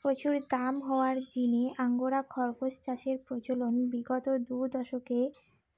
প্রচুর দাম হওয়ার জিনে আঙ্গোরা খরগোস চাষের প্রচলন বিগত দু দশকে